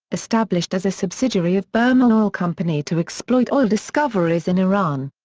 established as a subsidiary of burmah oil company to exploit oil discoveries in iran.